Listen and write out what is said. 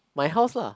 my house lah